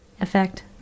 effect